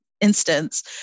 instance